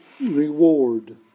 reward